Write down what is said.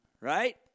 right